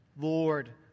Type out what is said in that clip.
Lord